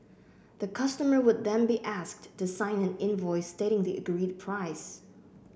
the customer would then be asked to sign an invoice stating the agreed price